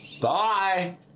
Bye